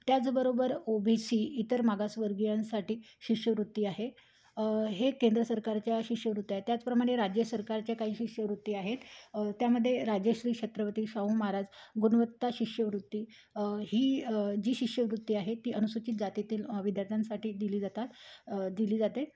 त्याचबरोबर O B C इतर मागास वर्गीयांसाठी शिष्यवृत्ती आहे हे केंद्र सरकारच्या शिष्यवृत्त्या आहेत त्याचप्रमाणे राज्य सरकारच्या काही शिष्यवृत्ती आहेत त्यामध्ये राजर्षी छत्रपती शाहू महाराज गुणवत्ता शिष्यवृत्ती ही जी शिष्यवृत्ती आहे ती अनुसूचित जातितील विद्यार्थ्यांसाठी दिली जातात दिली जाते